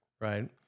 Right